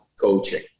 coaching